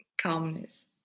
calmness